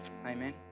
Amen